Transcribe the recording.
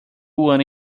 want